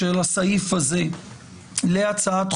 האמירה: מה פתאום,